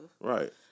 Right